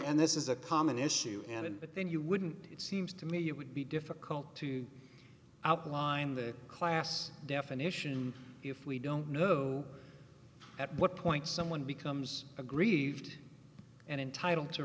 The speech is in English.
and this is a common issue and but then you wouldn't it seems to me you would be difficult to outline the class definition if we don't know at what point someone becomes aggrieved and entitled to